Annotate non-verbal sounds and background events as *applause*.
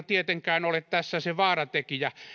*unintelligible* tietenkään ole tässä se vaaratekijä